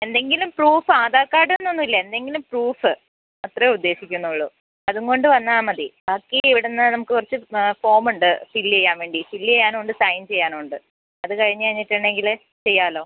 എന്തെങ്കിലും proof Aadhaar card എന്നൊന്നുമില്ല എന്തെങ്കിലും പ്രൂഫ് അത്രയേ ഉദ്ദേശിക്കുന്നുള്ളൂ അതും കൊണ്ടുവന്നാൽ മതി ബാക്കി ഇവിടുന്ന് നമുക്ക് കുറച്ച് ഫോം ഉണ്ട് ഫില്ല് ചെയ്യാൻ വേണ്ടി ഫില്ല് ചെയ്യാനും ഉണ്ട് സൈൻ ചെയ്യാനും ഉണ്ട് അത് കഴിഞ്ഞു കഴിഞ്ഞിട്ടുണ്ടെങ്കിൽ ചെയ്യാമല്ലോ